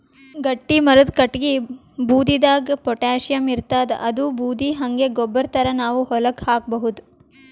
ಗಟ್ಟಿಮರದ್ ಕಟ್ಟಗಿ ಬೂದಿದಾಗ್ ಪೊಟ್ಯಾಷಿಯಂ ಇರ್ತಾದ್ ಅದೂ ಬೂದಿ ಹಂಗೆ ಗೊಬ್ಬರ್ ಥರಾ ನಾವ್ ಹೊಲಕ್ಕ್ ಹಾಕಬಹುದ್